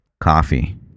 Coffee